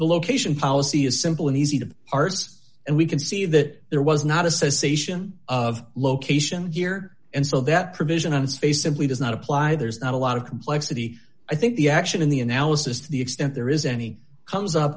the location policy is simple and easy to parse and we can see that there was not a cessation of location here and so that provision on its face simply does not apply there's not a lot of complexity i think the action in the analysis to the extent there is any comes up